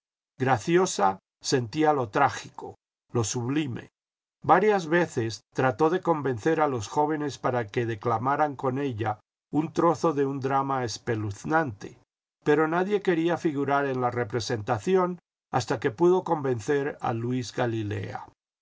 graciosa sentía lo trágico io sublime varias veces trató de convencer a los jóvenes para que declamaran con ella un trozo de un drama espeluznante pero nadie quería figurar en la representación hasta que pudo convencer a luis galilea